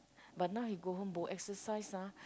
but now he go home bo exercise ah